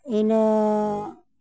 ᱤᱱᱟᱹ